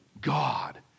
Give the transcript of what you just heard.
God